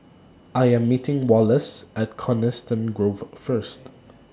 I Am meeting Wallace At Coniston Grove First